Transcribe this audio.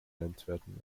nennenswerten